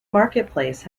marketplace